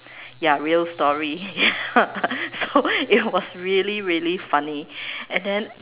ya real story ya so it was really really funny and then